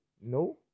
No